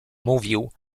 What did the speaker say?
mówił